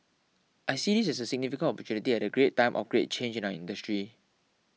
I see this as a significant opportunity at a great time of great change in our industry